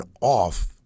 off